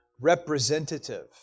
representative